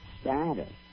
status